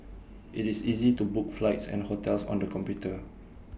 IT is easy to book flights and hotels on the computer